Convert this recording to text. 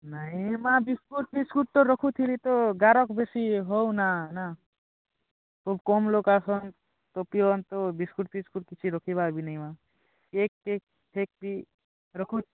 ନାଇଁ ମା' ବିସ୍କୁଟ୍ଫିସ୍କୁଟ୍ ତ ରଖୁଥିଲି ତ ଗରାଖ୍ ବେଶୀ ହୋଉ ନା ନା ଖୁବ କମ୍ ଲୋକ ଆସନ୍ ତ ପିଅନ୍ତୁ ବିସ୍କୁଟ୍ଫିସ୍କୁଟ୍ କିଛି ରଖିବା ବି ନାଇଁ ମା' କେକ୍ କେକ୍ ଫେକ୍ ବି ରଖୁନ୍